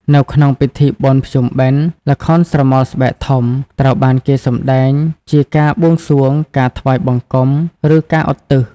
នៅក្នុងពិធីបុណ្យភ្ជុំបិណ្ឌ ល្ខោនស្រមោលស្បែកធំ ត្រូវបានគេសម្តែងជាការ បួងសួង ការថ្វាយបង្គំ ឬការឧទ្ទិស។